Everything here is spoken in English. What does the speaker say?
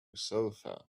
sofa